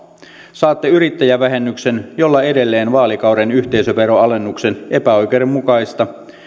saatte yrittäjävähennyksen jolla edellisen vaalikauden yhteisöveroalennuksen epäoikeudenmukaista